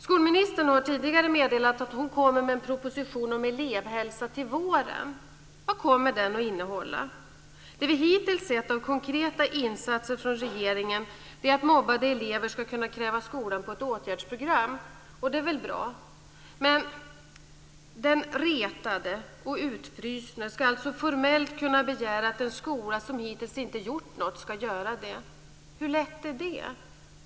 Skolministern har tidigare meddelat att hon kommer med en proposition om elevhälsa till våren. Vad kommer den att innehålla? Det vi hittills sett av konkreta insatser från regeringen är att mobbade elever ska kunna kräva skolan på ett åtgärdsprogram, och det är väl bra. Men den retade och utfrusna ska alltså formellt kunna begära att en skola som hittills inte gjort något ska göra det. Hur lätt är det?